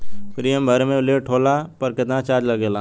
Premium भरे मे late होला पर केतना चार्ज लागेला?